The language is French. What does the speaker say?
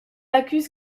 accuse